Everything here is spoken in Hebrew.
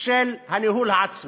של הניהול העצמי.